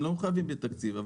הם לא מחייבים תקציב.